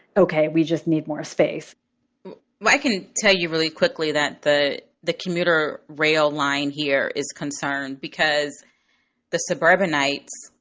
ok, we just need more space i can tell you really quickly that the the commuter rail line here is concerned because the suburbanites,